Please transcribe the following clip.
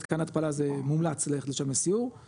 מתקן התפלה זה מומלץ ללכת לשם לסיור,